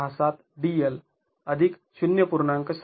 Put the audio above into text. ६७ DL ०